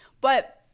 But-